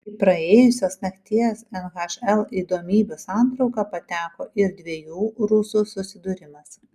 į praėjusios nakties nhl įdomybių santrauką pateko ir dviejų rusų susidūrimas